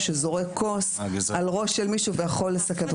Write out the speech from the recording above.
שזורק כוס על ראשו של מישהו ויכול לסכן.